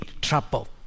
trouble